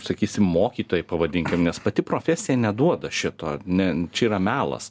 sakysim mokytojai pavadinkim nes pati profesija neduoda šito ne čia yra melas